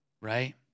right